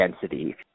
density